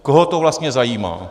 Koho to vlastně zajímá?